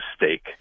mistake